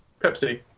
Pepsi